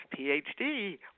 PhD